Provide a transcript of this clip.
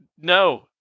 no